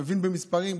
מבין במספרים,